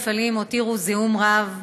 המפעלים הותירו זיהום רב,